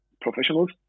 professionals